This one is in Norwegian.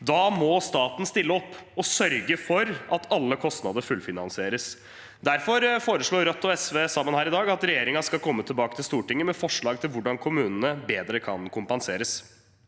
Da må staten stille opp og sørge for at alle kostnader fullfinansieres. Derfor foreslår Rødt og SV sammen her i dag at regjeringen skal komme tilbake til Stortinget med forslag til hvordan kommunene bedre kan kompenseres.